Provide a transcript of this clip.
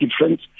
difference